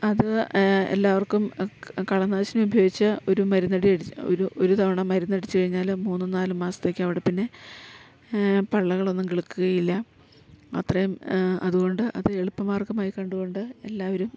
അത് എല്ലാവർക്കും കളനാശിനി ഉപയോഗിച്ച് ഒരു മരുന്നടി അടി ഒരു ഒരു തവണ മരുന്നടിച്ച് കഴിഞ്ഞാല് മൂന്ന് നാലും മാസത്തേക്കവിടെ പിന്നെ പള്ളകളൊന്നും കിളുക്കുകയില്ല അത്രയും അതുകൊണ്ട് അത് എളുപ്പമാർഗ്ഗമായി കണ്ടുകൊണ്ട് എല്ലാവരും